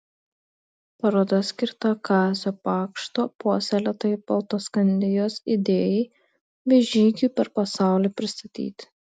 paroda skirta kazio pakšto puoselėtai baltoskandijos idėjai bei žygiui per pasaulį pristatyti